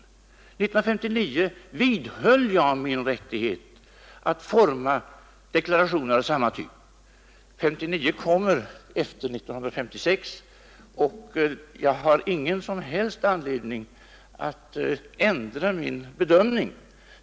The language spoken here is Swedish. År 1959 vidhöll jag min rättighet att forma deklarationer av samma typ. 1959 kommer efter 1956, och jag har därför ingen som helst anledning att ändra min bedömning.